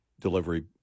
delivery